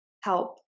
help